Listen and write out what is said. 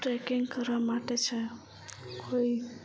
tracking કરવા માટે જે કોઈ